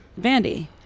Vandy